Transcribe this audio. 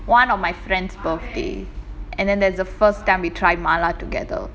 one of my friends birthday and then that's the first time we tried mala together